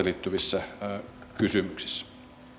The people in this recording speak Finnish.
liittyvissä kysymyksissä